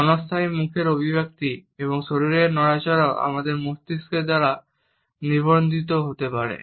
ক্ষণস্থায়ী মুখের অভিব্যক্তি এবং শরীরের নড়াচড়াও আমাদের মস্তিষ্ক দ্বারা নিবন্ধিত হতে পারে